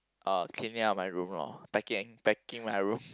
uh cleaning up my room lor packing packing my room